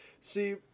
see